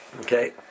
Okay